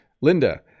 Linda